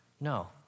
No